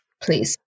please